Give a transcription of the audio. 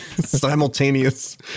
simultaneous